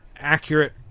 accurate